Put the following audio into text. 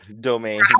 domain